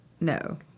No